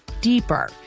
deeper